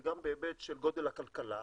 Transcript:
וגם בהיבט של גודל הכלכלה,